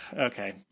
okay